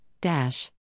dash